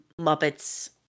Muppets